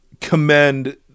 commend